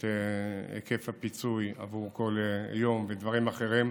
את היקף הפיצוי עבור כל יום מ-370 ל-430 ודברים אחרים.